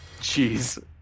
jeez